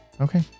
okay